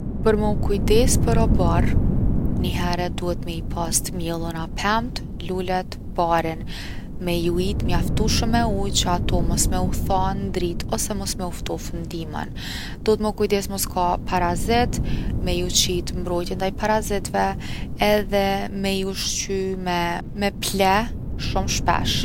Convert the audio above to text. Për me u kujdes për oborr nihere duhemi mi pas t’mjelluna pemt, lulet, barin. Me i ujit mjaftushëm me ujë që ato mos me u tha n’dritë ose mos me u tha n’dimër. Duhet m’u kujdes mos ka parazit, me ju qit mbrojtje ndaj parazitve edhe me i ushqy me me pleh shum’ shpesh.